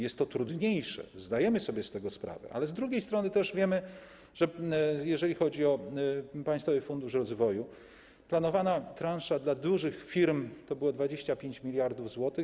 Jest to trudniejsze, zdajemy sobie z tego sprawę, ale z drugiej strony wiemy też, że jeżeli chodzi o Polski Fundusz Rozwoju, planowana transza dla dużych firm to było 25 mld zł.